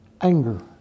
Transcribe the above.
anger